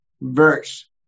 verse